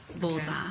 bullseye